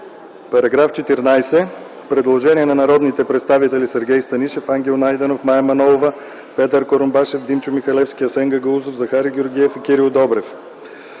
Параграф 14 – предложение на народните представители Сергей Станишев, Ангел Найденов, Мая Манолова, Петър Курумбашев, Димчо Михалевски, Асен Гагаузов, Захари Георгиев и Кирил Добрев.